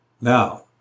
Now